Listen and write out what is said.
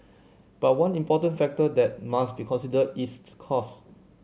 but one important factor that must be considered is cost